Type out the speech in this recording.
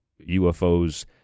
UFOs